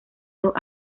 dos